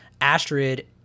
astrid